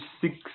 six